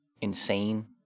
insane